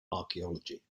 archaeology